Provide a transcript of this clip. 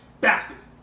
bastards